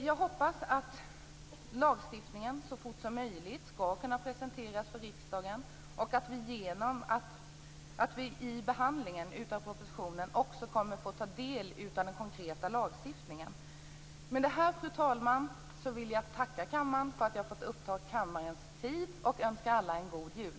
Jag hoppas att lagstiftningen så fort som möjligt skall kunna presenteras för riksdagen, och att vi i behandlingen av propositionen också kommer att få ta del av den konkreta lagstiftningen. Med det här, fru talman, vill jag tacka kammaren för att jag har fått uppta kammarens tid och önska alla en god jul.